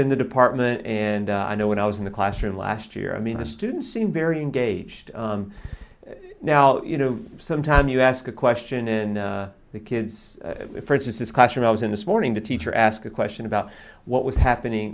in the department and i know when i was in the classroom last year i mean the students seem very engaged now you know some time you ask a question in the kids for instance this question i was in this morning the teacher asked a question about what was happening